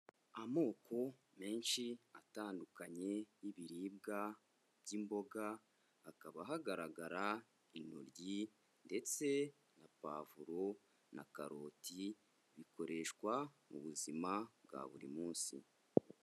Amoko menshi atandukanye y'ibiribwa by'imboga, hakaba hagaragara intoryi ndetse na pavuro na karoti bikoreshwa mu buzima bwa buri munsi.